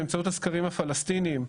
באמצעות הסקרים הפלסטינים,